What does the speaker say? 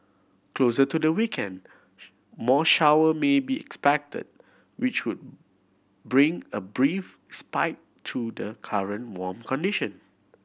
closer to the weekend more shower may be expected which would bring a brief spite to the current warm condition